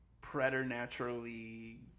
preternaturally